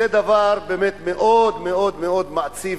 זה דבר באמת מאוד מאוד מעציב.